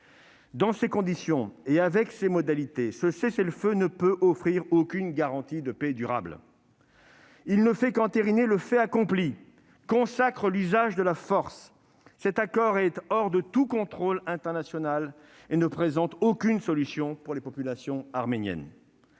Dans ces conditions et compte tenu de ses modalités, ce cessez-le-feu ne peut offrir aucune garantie de paix durable. Il se limite à entériner le fait accompli et à consacrer l'usage de la force. Cet accord est hors de tout contrôle international et ne présente aucune solution pour les populations arméniennes.